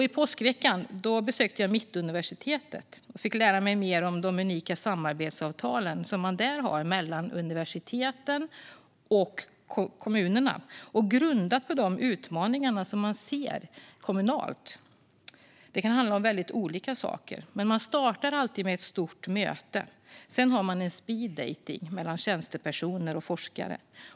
I påskveckan besökte jag Mittuniversitetet och fick lära mig mer om de unika samarbetsavtal som man där har mellan universitetet och kommunerna. De är grundade på de utmaningar man ser kommunalt. Det kan handla om väldigt olika saker. Man startar alltid med ett stort möte. Sedan har man en speeddejtning mellan tjänstepersoner och forskare.